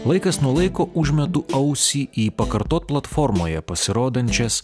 laikas nuo laiko užmetu ausį į pakartot platformoje pasirodančias